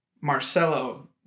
Marcelo